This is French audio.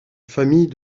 famille